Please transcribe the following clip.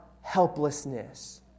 helplessness